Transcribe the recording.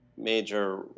Major